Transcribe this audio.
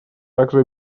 также